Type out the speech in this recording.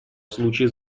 случай